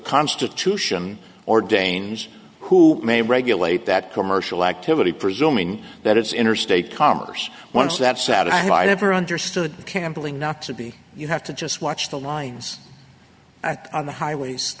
constitution or danes who may regulate that commercial activity presuming that it's interstate commerce once that sat i never understood the camping not to be you have to just watch the lines i think on the highways